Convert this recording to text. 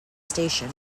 station